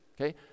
okay